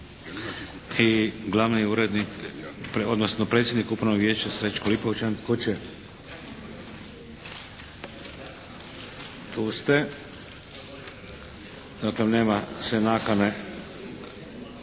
I glavni urednik odnosno predsjednik Upravnog vijeća Srećko Lipovčan. Tko će? Tu ste. Dakle nema se nakane